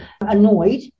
annoyed